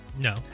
No